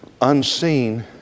unseen